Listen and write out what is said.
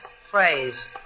phrase